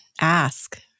Ask